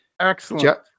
Excellent